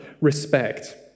respect